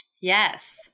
yes